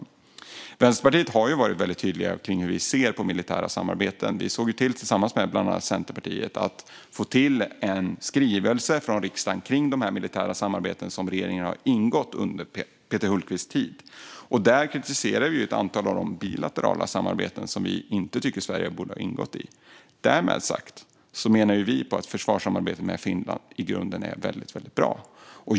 Vi i Vänsterpartiet har varit väldigt tydliga med hur vi ser på militära samarbeten. Tillsammans med bland annat Centerpartiet såg vi till att det kom en skrivelse från riksdagen om de militära samarbeten som regeringen har ingått under Peter Hultqvists tid. I den kritiserar vi ett antal av de bilaterala samarbeten som vi tycker att Sverige inte borde ha ingått i. Med det sagt menar vi dock att försvarssamarbeten med Finland i grunden är väldigt bra.